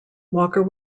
walker